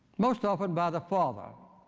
most often by the father.